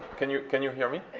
can you can you hear me?